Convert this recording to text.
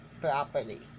properly